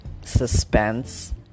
Suspense